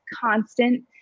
constant